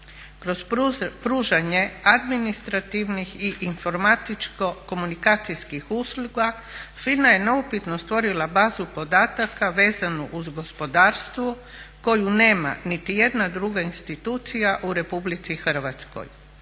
Kroz pružanje administrativnih i informatičko-komunikacijskih usluga FINA je neupitno stvorila bazu podataka vezanu uz gospodarstvo koju nema niti jedna druga institucija u RH.